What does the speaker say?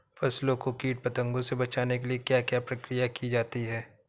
फसलों को कीट पतंगों से बचाने के लिए क्या क्या प्रकिर्या की जाती है?